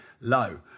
low